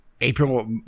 April